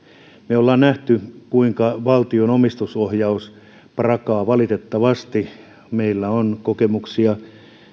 me olemme nähneet kuinka valtion omistusohjaus prakaa valitettavasti meillä on kokemuksia